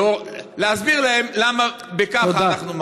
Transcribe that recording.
להסביר להם למה בכך אנחנו מרוויחים.